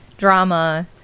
drama